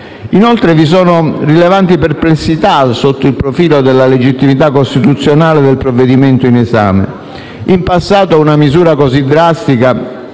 Inoltre, vi sono rilevanti perplessità sotto il profilo della legittimità costituzionale del provvedimento in esame. In passato una misura così drastica